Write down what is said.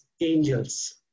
angels